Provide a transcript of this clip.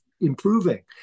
improving